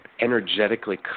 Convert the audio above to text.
energetically